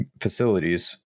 facilities